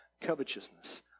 covetousness